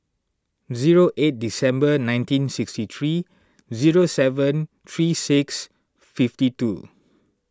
zero eight December nineteen sixty three zero seven three six fifty two